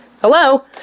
Hello